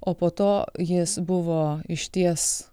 o po to jis buvo išties